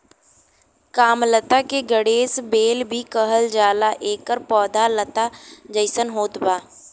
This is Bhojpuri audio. कामलता के गणेश बेल भी कहल जाला एकर पौधा लता जइसन होत बा